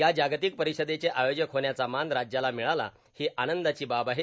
या जागतिक परिषदेचे आयोजक होण्याचा मान राज्याला मिळाला ही आनंदाची बाब आहे